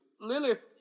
Lilith